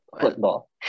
Football